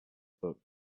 book